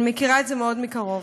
אני מכירה את זה מאוד מקרוב.